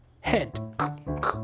Head